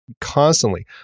constantly